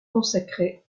consacrée